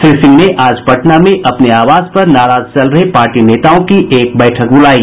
श्री सिंह ने आज पटना में अपने आवास पर नाराज चल रहे पार्टी नेताओं की एक बैठक बुलायी